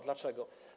Dlaczego?